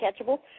catchable